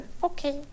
Okay